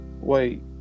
wait